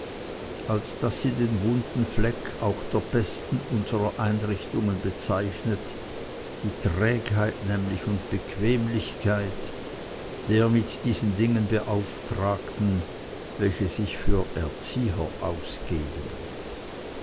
als daß sie den wunden fleck auch der besten unserer einrichtungen bezeichnet die trägheit nämlich und bequemlichkeit der mit diesen dingen beauftragten welche sich für erzieher ausgeben